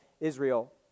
Israel